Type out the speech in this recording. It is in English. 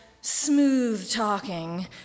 smooth-talking